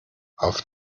auf